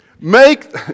Make